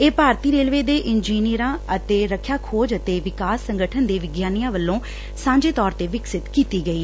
ਇਹ ਭਾਰਤੀ ਰੇਲਵੇ ਦੇ ਇੰਜਨੀਅਰਾਂ ਅਤੇ ਰੱਖਿਆ ਖੋਜ ਅਤੇ ਵਿਕਾਸ ਸੰਗਠਨ ਦੇ ਵਿਗਿਆਨੀਆਂ ਵੱਲੋਂ ਸਾਂਝੇ ਤੌਰ ਤੇ ਵਿਕਸਿਤ ਕੀਤੀ ਗਈ ਐ